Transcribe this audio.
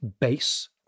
base